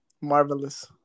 marvelous